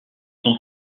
tant